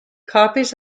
copies